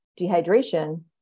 dehydration